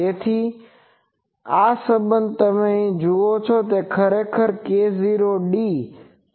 તેથી આ સંબંધ તમે જુઓ તો ખરેખર તે k0d cosϕu0 છે